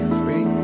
free